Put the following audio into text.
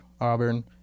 Auburn